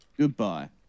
Goodbye